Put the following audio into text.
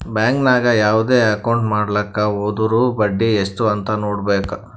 bank ನಾಗ್ ಯಾವ್ದೇ account ಮಾಡ್ಲಾಕ ಹೊದುರ್ ಬಡ್ಡಿ ಎಸ್ಟ್ ಅಂತ್ ನೊಡ್ಬೇಕ